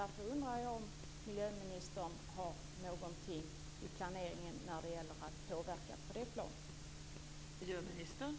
Därför undrar jag om miljöministern planerar någonting för att påverka på det planet.